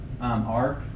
arc